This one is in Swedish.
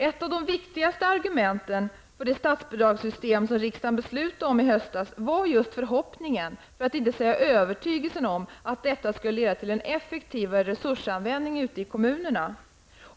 Ett av de viktigaste argumenten för det statsbidragssystem som riksdagen beslutade om i höstas var förhoppningen, för att inte säga övertygelsen, om att detta skulle leda till effektivare resursanvändning ute i kommunerna.